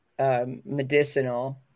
Medicinal